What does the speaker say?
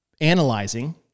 analyzing